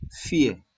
fear